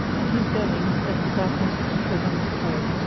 and his going left a darkness deeper than before.